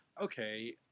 okay